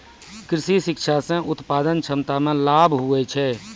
कृषि शिक्षा से उत्पादन क्षमता मे लाभ हुवै छै